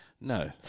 No